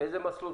איזה מסלול